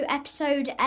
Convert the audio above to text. episode